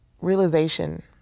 realization